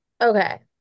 Okay